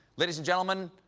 ladies and gentlemen,